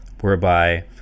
whereby